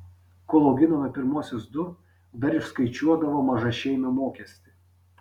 kol auginome pirmuosius du dar išskaičiuodavo mažašeimio mokestį